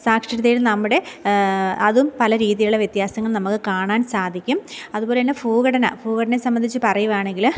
സാക്ഷരതയില് നമ്മുടെ അതും പല രീതിയിലുള്ള വ്യത്യാസങ്ങള് നമുക്ക് കാണാന് സാധിക്കും അതുപോലെതന്നെ ഭൂഘടന ഭൂഘടനയെ സംബന്ധിച്ച് പറയുകയാണെങ്കിൽ